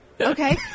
okay